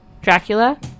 Dracula